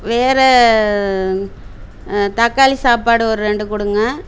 வேற தக்காளி சாப்பாடு ஒரு ரெண்டு கொடுங்க